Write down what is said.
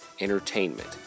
Entertainment